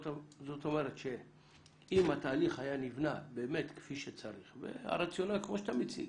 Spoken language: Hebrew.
זאת אומרת שאם התהליך היה ניבנה באמת כפי שצריך והרציונל כמו שאתה מציג,